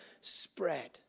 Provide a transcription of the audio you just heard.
spread